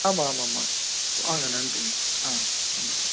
ஆமாம் ஆமாம் ஆமாம் வாங்க நன்றிங்க ஆ நன்றி